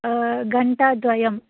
घण्टाद्वयम्